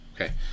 okay